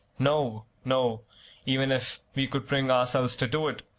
no, no even if we could bring ourselves to do it,